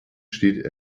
steht